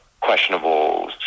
questionable